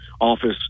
office